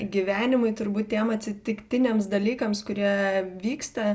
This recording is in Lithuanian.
gyvenimui turbūt tiem atsitiktiniams dalykams kurie vyksta